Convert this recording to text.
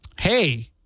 hey